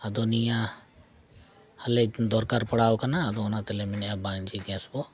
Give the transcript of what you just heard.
ᱟᱫᱚ ᱱᱤᱭᱟᱹ ᱟᱞᱮ ᱫᱚᱨᱠᱟᱨ ᱯᱟᱲᱟᱣ ᱠᱟᱱᱟ ᱟᱫᱚ ᱚᱱᱟ ᱛᱮᱞᱮ ᱢᱮᱱᱮᱜᱼᱟ ᱵᱟᱝ ᱡᱮ ᱜᱮᱥ ᱵᱚ